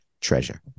treasure